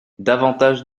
davantage